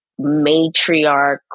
matriarch